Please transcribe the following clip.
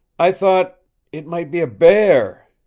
i thought it might be a bear!